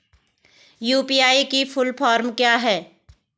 UPI की full form क्या है?